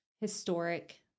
historic